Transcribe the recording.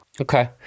Okay